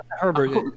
Herbert